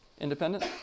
independent